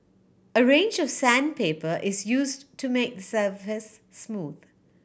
a range of sandpaper is used to make the surface smooth